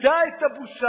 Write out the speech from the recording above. איבדה את הבושה,